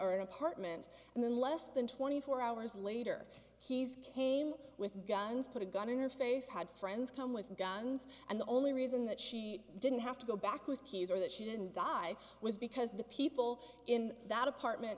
are an apartment and then less than twenty four hours later she's came with guns put a gun in her face had friends come with guns and the only reason that she didn't have to go back with keys or that she didn't die was because the people in that apartment